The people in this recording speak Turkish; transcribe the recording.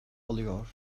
alıyor